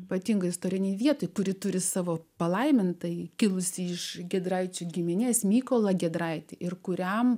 ypatingą istorinei vietai kuri turi savo palaimintąjį kilusi iš giedraičių giminės mykolą giedraitį ir kuriam